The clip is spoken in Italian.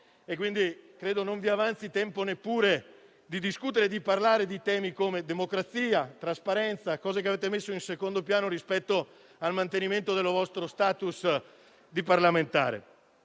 e quindi credo non vi avanzi tempo neppure di discutere di temi come democrazia, trasparenza, temi che avete messo in secondo piano rispetto al mantenimento del vostro *status* di parlamentari.